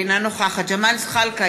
אינה נוכחת ג'מאל זחאלקה,